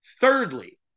Thirdly